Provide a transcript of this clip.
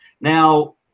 Now